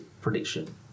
prediction